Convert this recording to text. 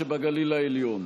העליון.